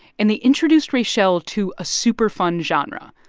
and they introduced raychelle to a super fun genre,